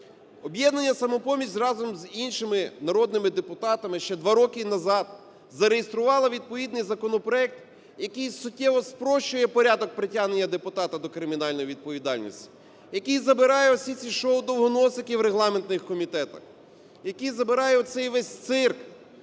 "Об'єднання "Самопоміч" разом з іншими народними депутатами ще два роки назад зареєструвала відповідний законопроект, який суттєво спрощує порядок притягнення депутата до кримінальної відповідальності, який забирає всі ці "шоу довгоносиків" в регламентних комітетах, який забирає оцей весь цирк,